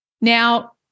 Now